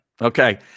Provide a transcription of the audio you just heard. Okay